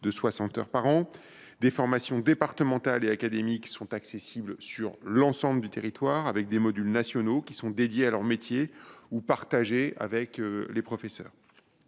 heures. Des formations départementales et académiques sont accessibles sur tout le territoire, avec des modules nationaux consacrés à leur métier ou partagés avec les professeurs.